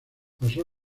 pasó